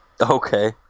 Okay